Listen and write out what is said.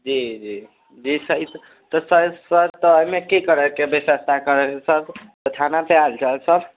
जी जी जी त सर एहिमे कि करयके व्यवस्था करयके सर तऽ थाना पर आयल जाउ सर